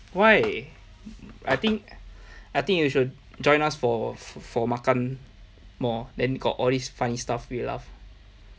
why I think I think you should join us for for makan more then got all these funny stuff we laugh